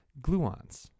gluons